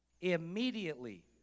Immediately